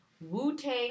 Wu-Tang